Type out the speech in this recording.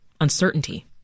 uncertainty